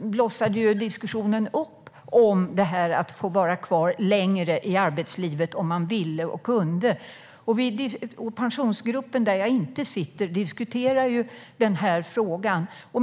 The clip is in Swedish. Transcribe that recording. blossade diskussionen återigen upp om möjligheten att, om man vill och kan, vara kvar längre i arbetslivet. Pensionsgruppen, där jag inte sitter med, diskuterar frågan.